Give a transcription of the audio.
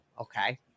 Okay